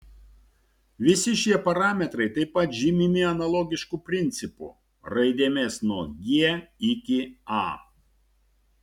visi šie parametrai taip pat žymimi analogišku principu raidėmis nuo g iki a